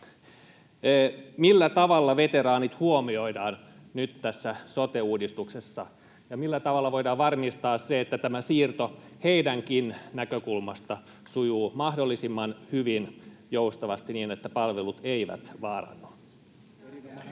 millä tavalla veteraanit huomioidaan nyt tässä sote-uudistuksessa, ja millä tavalla voidaan varmistaa se, että tämä siirto heidänkin näkökulmastaan sujuu mahdollisimman hyvin, joustavasti, niin että palvelut eivät vaarannu?